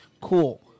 Cool